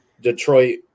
Detroit